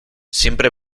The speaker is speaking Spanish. siempre